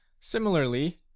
Similarly